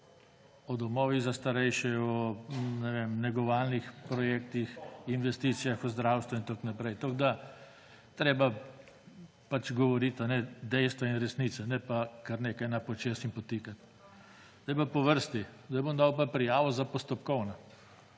o domovih za starejše, o negovalnih projektih, investicijah v zdravstvo in tako naprej. Treba je pač govoriti dejstva in resnice, na pa kar nekaj na počez in podtikati. Zdaj pa po vrsti. Zdaj bom dal pa prijavo za postopkovne.